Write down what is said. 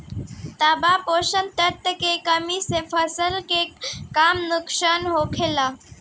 तांबा पोषक तत्व के कमी से फसल के का नुकसान होला?